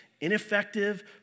ineffective